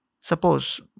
Suppose